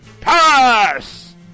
pass